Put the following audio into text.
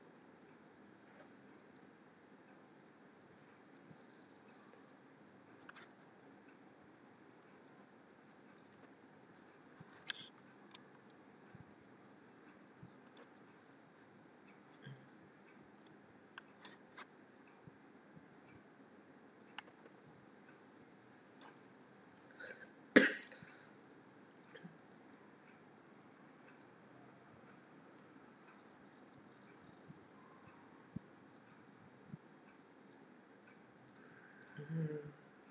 mmhmm